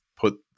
put